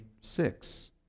six